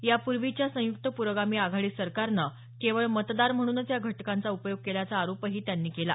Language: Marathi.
यापूर्वीच्या संयुक्त प्रोगामी आघाडी सरकारनं केवळ मतदार म्हणूनच या घटकांचा उपयोग केल्याचा आरोपही त्यांनी केला